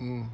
mm